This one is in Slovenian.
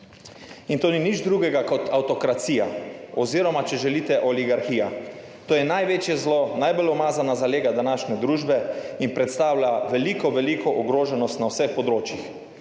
In to ni nič drugega kot avtokracija oziroma če želite, oligarhija. To je največje zlo, najbolj umazana zalega današnje družbe in predstavlja veliko veliko ogroženost na vseh področjih.